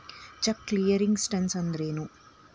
Check clearing status ಅಂದ್ರೇನು?